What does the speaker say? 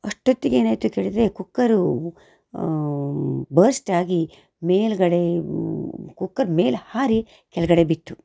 ಅಷ್ಟೊತ್ತಿಗೆ ಏನಾಯಿತು ಕೇಳಿದರೆ ಕುಕ್ಕರು ಬರ್ಸ್ಟ್ ಆಗಿ ಮೇಲುಗಡೆ ಕುಕ್ಕರ್ ಮೇಲೆ ಹಾರಿ ಕೆಳಗಡೆ ಬಿತ್ತು